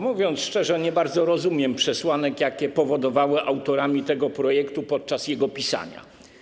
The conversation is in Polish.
Mówiąc szczerze, nie bardzo rozumiem przesłanki, jakie powodowały autorami tego projektu podczas jego pisania.